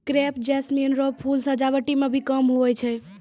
crepe jasmine रो फूल सजावटी मे भी काम हुवै छै